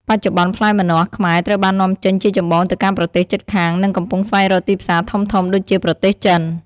បច្ចុប្បន្ន ផ្លែម្នាស់ខ្មែរត្រូវបាននាំចេញជាចម្បងទៅកាន់ប្រទេសជិតខាង និងកំពុងស្វែងរកទីផ្សារធំៗដូចជា ប្រទេសចិន។